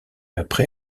après